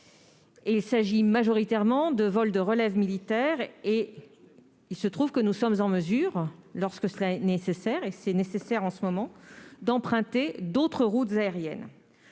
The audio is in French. Il s'agit majoritairement de vols de relève militaire et il se trouve que nous sommes en mesure, lorsque cela est nécessaire- et c'est nécessaire en ce moment -, d'emprunter d'autres routes aériennes.